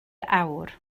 awr